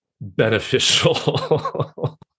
beneficial